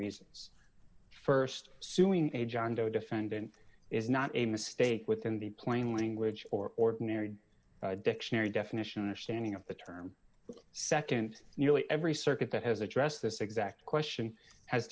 reasons first suing a john doe defendant is not a mistake within the plain language or ordinary dictionary definition of standing up the term nd nearly every circuit that has addressed this exact question has